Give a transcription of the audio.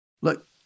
Look